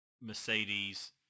Mercedes